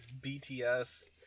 bts